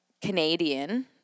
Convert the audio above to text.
Canadian